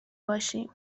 باشیم